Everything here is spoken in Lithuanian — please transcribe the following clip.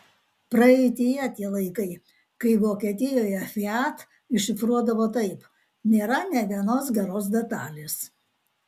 praeityje tie laikai kai vokietijoje fiat iššifruodavo taip nėra nė vienos geros detalės